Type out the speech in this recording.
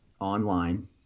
online